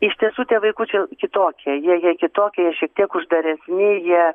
iš tiesų tie vaikučiai kitokie jie jie kitokie šiek tiek uždaresni jie